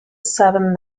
seven